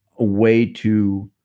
ah way to